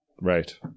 Right